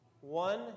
One